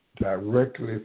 directly